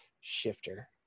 Shifter